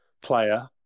player